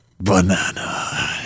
banana